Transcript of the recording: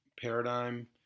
paradigm